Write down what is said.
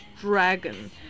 Dragon